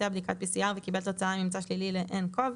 בדיקת PCR וקיבל תוצאה עם ממצא שלילי ל-nCov".